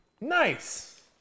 Nice